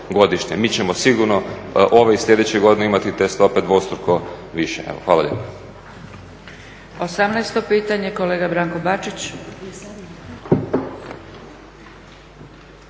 Mi ćemo sigurno ove i sljedeće godine imati te stope dvostruko više. Evo, hvala